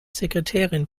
sekretärin